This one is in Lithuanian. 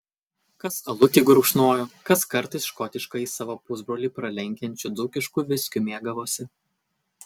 kas alutį gurkšnojo kas kartais škotiškąjį savo pusbrolį pralenkiančiu dzūkišku viskiu mėgavosi